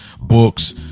books